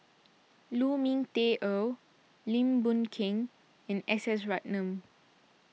Lu Ming Teh Earl Lim Boon Keng and S S Ratnam